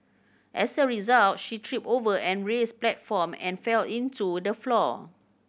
as a result she tripped over and raised platform and fell into the floor